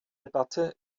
debatte